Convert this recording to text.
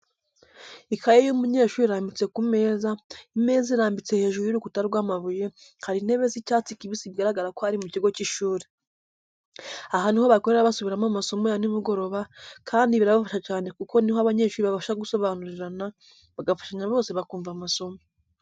Ikayi y'umunyeshuri irambitse ku meza, imeza irambitse hejuru y'urukuta rw'amabuye, hari intebe z'icyatsi kibisi bigaragara ko ari mu kigo cy'ishuri. Aha ni aho bakorera basubiramo amasomo ya nimugoroba kandi ibi birafasha cyane kuko niho abanyeshuri babasha gusobanurirana, bagafashanya bose bakumva amasomo.